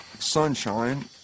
Sunshine